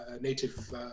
native